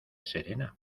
serena